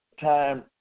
Time